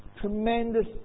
tremendous